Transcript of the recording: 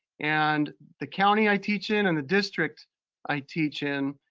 and the county i teach in and the district i teach in,